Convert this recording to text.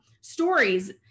stories